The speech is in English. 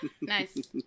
Nice